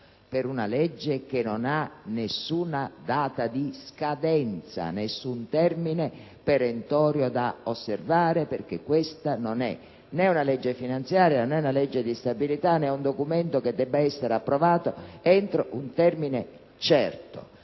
di legge che non ha nessuna data di scadenza, nessun termine perentorio da osservare; questo provvedimento infatti non è né una legge finanziaria né una legge di stabilità né un documento che debba essere approvato entro un termine certo.